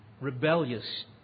rebellious